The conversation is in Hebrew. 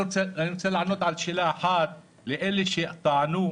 אני רוצה לענות על שאלה אחת לאלה שטענו,